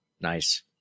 Nice